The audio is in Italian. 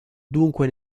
dunque